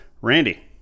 Randy